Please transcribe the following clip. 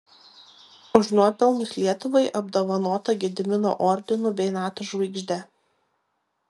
už nuopelnus lietuvai apdovanota gedimino ordinu bei nato žvaigžde